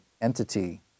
entity